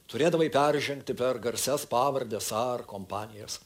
turėdavai peržengti per garsias pavardes ar kompanijas